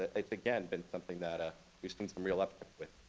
it's again been something that ah we've seen some real ah with.